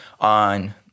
on